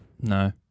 No